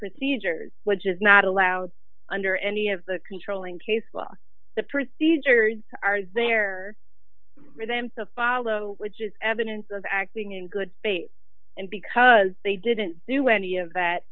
procedures which is not allowed under any of the controlling cases well the procedures are there for them to follow which is evidence of acting in good faith and because they didn't do any of that